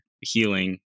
healing